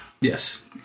Yes